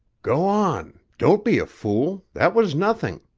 go on! don't be a fool that was nothing.